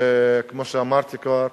כמו שאמרתי כבר,